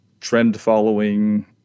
trend-following